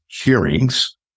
hearings